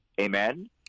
Amen